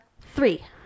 three